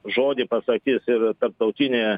žodį pasakys ir tarptautinė